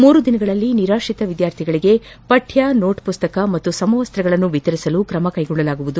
ಮೂರು ದಿನಗಳಲ್ಲಿ ನಿರಾತ್ರಿತ ವಿದ್ವಾರ್ಥಿಗಳಿಗೆ ಪಠ್ದ ನೋಟ್ ಪುಸ್ತಕ ಹಾಗೂ ಸಮವಸ್ತಗಳನ್ನು ವಿತರಿಸಲು ತ್ರಮ ಕ್ಟೆಗೊಳ್ಳಲಾಗುವುದು